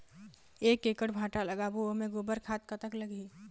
एक एकड़ भांटा लगाबो ओमे गोबर खाद कतक लगही?